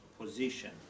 position